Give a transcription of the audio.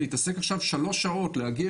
להתעסק עכשיו שלוש שעות, להגיע